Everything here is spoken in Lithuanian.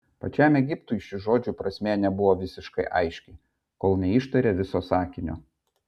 pačiam egiptui šių žodžių prasmė nebuvo visiškai aiški kol neištarė viso sakinio